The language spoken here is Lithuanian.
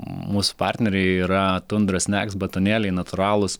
mūsų partneriai yra tundra snacks batonėliai natūralūs